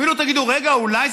אפילו תגידו: רגע, אולי.